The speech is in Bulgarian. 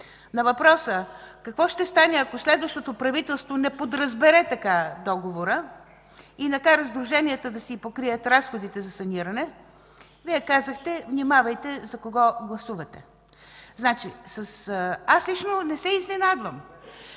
На въпроса – какво ще стане, ако следващото правителство не подразбере така договора и накара сдруженията да си покрият разходите за саниране, Вие казахте: „Внимавайте за кого гласувате.” Аз лично не се изненадвам,